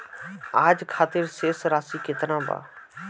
आज खातिर शेष राशि केतना बा?